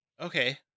Okay